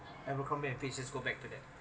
abercrombie and fitch go back to that